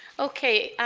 okay